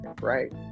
right